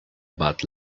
about